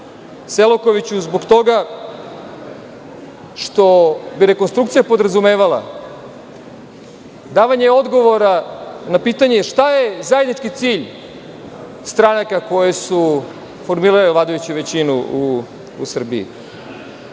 Selakoviću, zbog toga što bi rekonstrukcija podrazumevala davanje odgovora na pitanje šta je zajednički cilj stranaka koje su formirale vladajuću većinu u Srbiji.